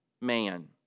man